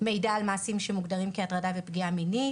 מידע על מעשים שמוגדרים כהטרדה ופגיעה מינית,